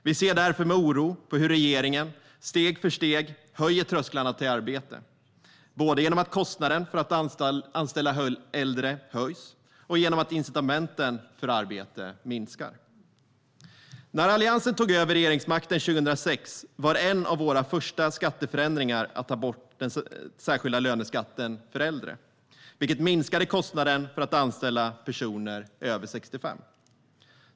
Vi ser därför med oro på hur regeringen steg för steg höjer trösklarna till arbete, både genom att kostnaden för att anställa äldre höjs och genom att incitamenten för arbete minskar. När Alliansen tog över regeringsmakten 2006 var en av våra första skatteförändringar att ta bort den särskilda löneskatten för äldre, vilket minskade kostnaden för att anställa personer över 65 år.